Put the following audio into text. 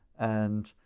and,